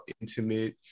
intimate